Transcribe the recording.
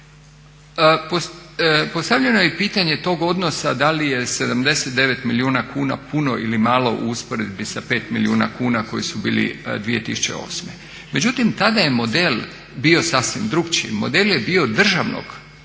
Postavljeno je i pitanje tog odnosa da li je 79 milijuna kuna puno ili malo u usporedbi sa 5 milijuna kuna koji su bili 2008. Međutim tada je model bio sasvim drukčiji model je bio državnog